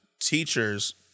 teachers